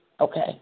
Okay